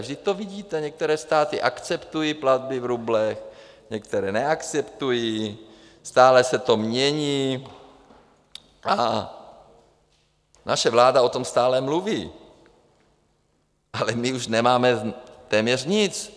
Vždyť to vidíte některé státy akceptují platby v rublech, některé neakceptují, stále se to mění, a naše vláda o tom stále mluví a my už nemáme téměř nic.